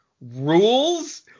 Rules